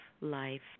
life